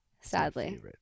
sadly